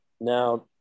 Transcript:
now